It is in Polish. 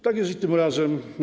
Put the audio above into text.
Tak jest i tym razem.